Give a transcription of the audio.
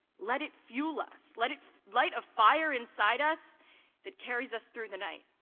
let it fuel us. let it light a fire inside us that carries us through the night.